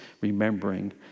remembering